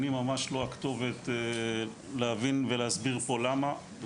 אני ממש לא הכתובת להבין ולהסביר פה למה.